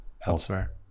elsewhere